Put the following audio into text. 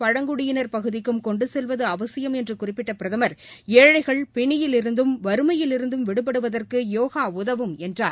பழங்குடியினர் பகுதிக்கும் கொண்டுசெல்வதுஅவசியம் என்றுகுறிப்பிட்டபிரதமர் ஏழைகள் பினியிலிருந்தும் வறுமையிலிருந்தும் விடுபடுவதற்குயோகாஉதவும் என்றார்